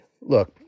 Look